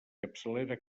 capçalera